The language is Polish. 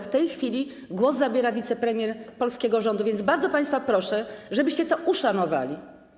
W tej chwili głos zabiera wicepremier polskiego rządu, więc bardzo państwa proszę, żebyście to uszanowali.